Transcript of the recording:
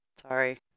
Sorry